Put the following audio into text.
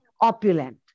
opulent